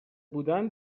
بودن